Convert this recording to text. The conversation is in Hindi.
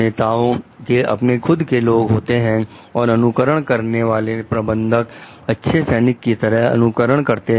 नेताओं के अपने खुद के लोग होते हैं और अनुकरण करने वाले प्रबंधक अच्छे सैनिक की तरह अनुकरण करते हैं